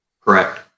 Correct